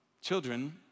children